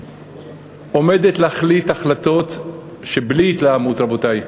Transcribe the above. ועומדת להחליט החלטות, שבלי התלהמות, רבותי,